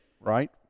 right